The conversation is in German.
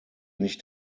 nicht